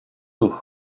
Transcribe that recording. ruch